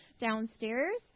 downstairs